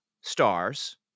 stars